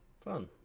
Fun